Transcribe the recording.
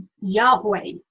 Yahweh